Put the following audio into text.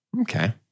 Okay